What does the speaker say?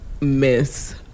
miss